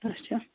اَچھا